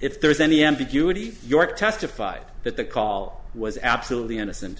if there is any ambiguity your testified that the call was absolutely innocent